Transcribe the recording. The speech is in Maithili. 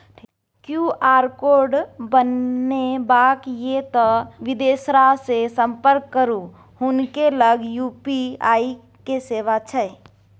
क्यू.आर कोड बनेबाक यै तए बिदेसरासँ संपर्क करू हुनके लग यू.पी.आई के सेवा छै